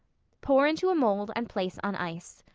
pour into a mold and place on ice.